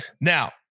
now